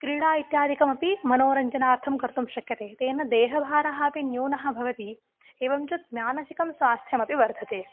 क्रीडा इत्यादिकमपि मनोरञ्जनार्थं कर्तुं शक्यते तेन देहभारः अपि न्यूनः भवति एवं च मानसिकं स्वास्थ्यमपि वर्धते